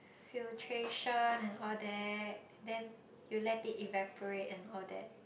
filtration and all that then you let it evaporate and all that